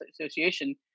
association